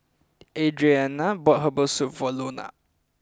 Adrianna bought Herbal Soup for Lona